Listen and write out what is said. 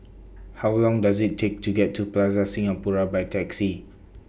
How Long Does IT Take to get to Plaza Singapura By Taxi